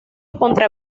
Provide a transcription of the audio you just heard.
contra